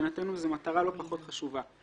מבחינתנו זו מטרה לא פחות חשובה.